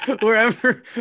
Wherever